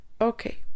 okay